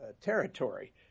territory